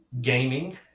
gaming